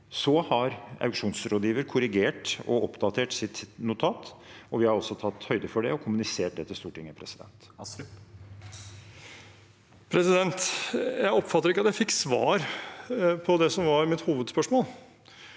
Så har auksjonsrådgiver korrigert og oppdatert sitt notat, og vi har også tatt høyde for det og kommunisert det til Stortinget. Nikolai Astrup (H) Jeg oppfatter ikke at jeg fikk svar på det som var mitt hovedspørsmål.